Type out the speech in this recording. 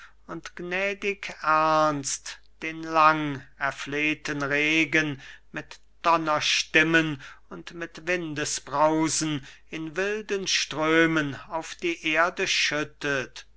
und gnädig ernst den lang erflehten regen mit donnerstimmen und mit windesbrausen in wilden strömen auf die erde schüttet